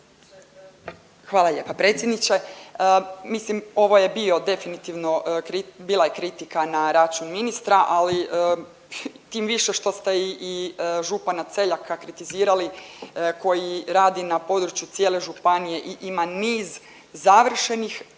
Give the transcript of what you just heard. Hvala lijepa predsjedniče. Mislim ovo je bio definitivno kri…, bila je kritika na račun ministra, ali tim više što ste i župana Celjaka kritizirali koji radi na području cijele županije i ima niz završenih